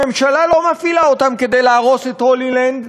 הממשלה לא מפעילה אותם כדי להרוס את "הולילנד"